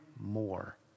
more